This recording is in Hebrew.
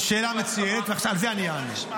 שאלה מצוינת, על זה אני אענה.